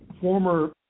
former